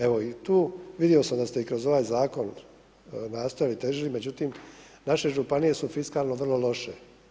Evo i tu vidio sam da ste i kroz ovaj zakon nastojali težiti, međutim naše županije su fiskalno vrlo loše.